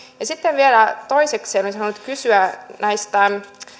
ja sitten vielä toisekseen olisin halunnut kysyä näistä